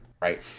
right